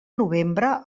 novembre